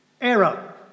error